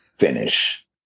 finish